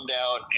out